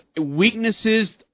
weaknesses